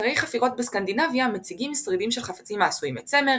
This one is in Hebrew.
אתרי חפירות בסקנדינביה מציגים שרידים של חפצים העשויים מצמר,